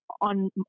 on